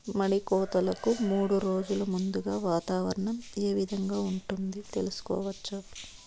మడి కోతలకు మూడు రోజులు ముందుగా వాతావరణం ఏ విధంగా ఉంటుంది, తెలుసుకోవచ్చా?